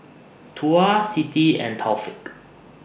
Tuah Siti and Taufik